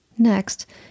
Next